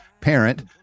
parent